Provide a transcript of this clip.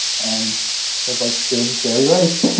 and it was like, it was jerry rice.